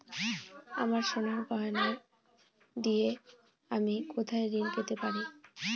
আমার সোনার গয়নার দিয়ে আমি কোথায় ঋণ পেতে পারি?